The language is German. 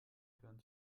gehören